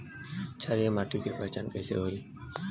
क्षारीय माटी के पहचान कैसे होई?